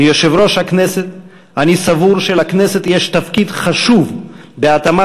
כיושב-ראש הכנסת אני סבור שלכנסת יש תפקיד חשוב בהתאמת